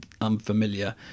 unfamiliar